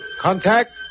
Contact